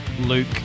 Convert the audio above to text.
Luke